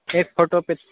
ایک فوٹو پہ